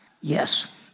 Yes